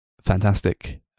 fantastic